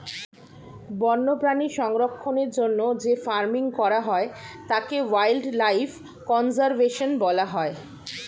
বন্যপ্রাণী সংরক্ষণের জন্য যে ফার্মিং করা হয় তাকে ওয়াইল্ড লাইফ কনজার্ভেশন বলা হয়